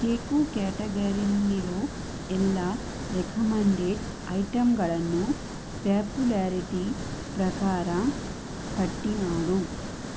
cake ಕ್ಯಾಟಗರಿಲ್ಲಿರೋ ಎಲ್ಲ recommended ಐಟಂಗಳನ್ನೂ ಪ್ಯಾಪುಲ್ಯಾರಿಟಿ ಪ್ರಕಾರ ಪಟ್ಟಿ ಮಾಡು